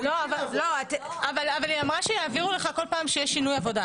אבל היא אמרה שיעבירו לך כל פעם שיש שינוי עבודה.